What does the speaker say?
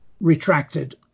retracted